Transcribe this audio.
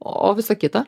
o visa kita